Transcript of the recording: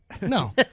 No